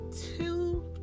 two